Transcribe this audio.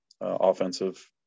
offensive